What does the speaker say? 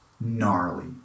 Gnarly